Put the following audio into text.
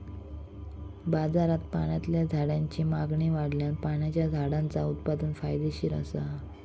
बाजारात पाण्यातल्या झाडांची मागणी वाढल्यान पाण्याच्या झाडांचा उत्पादन फायदेशीर असा